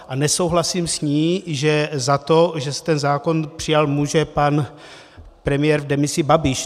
A nesouhlasím s ní, že za to, že se ten zákon přijal, může pan premiér v demisi Babiš.